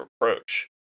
approach